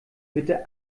bitte